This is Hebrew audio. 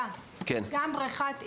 גם בריכת אינטקס,